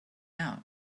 out